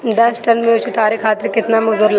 दस टन मिर्च उतारे खातीर केतना मजदुर लागेला?